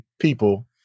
people